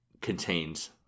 contains